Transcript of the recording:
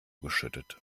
geschüttet